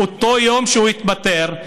באותו יום שהוא התפטר,